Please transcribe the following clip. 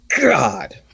god